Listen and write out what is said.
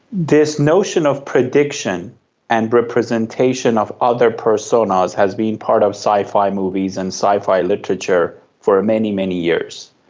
this notion of prediction and representation of other personas has been part of sci-fi movies and sci-fi literature for many, many years.